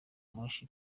moshi